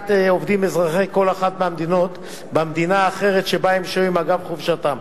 עובדים אזרחי כל אחת מהמדינות במדינה האחרת שבה הם שוהים אגב חופשתם.